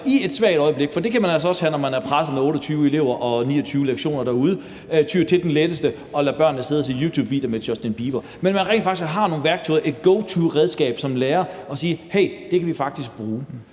i et svagt øjeblik – for det kan man altså også have, når man er presset med 28 elever og 29 lektioner derude – tyr til den letteste løsning og lader børnene sidde og se YouTube-videoer med Justin Bieber, fordi man rent faktisk har nogle værktøjer, et go-to-redskab, som lærer, hvor man siger: Hey, det kan jeg faktisk bruge.